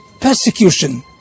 persecution